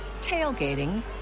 tailgating